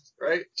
right